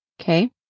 okay